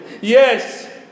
Yes